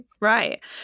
right